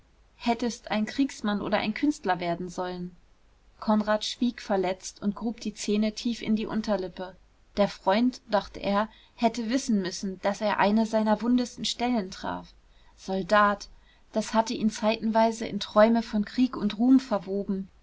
hättest ein kriegsmann oder ein künstler werden sollen konrad schwieg verletzt und grub die zähne tief in die unterlippe der freund dachte er hätte wissen müssen daß er eine seiner wundesten stellen traf soldat das hatte ihn zeitenweise in träume von krieg und ruhm verwoben